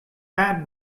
bad